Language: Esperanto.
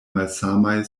malsamaj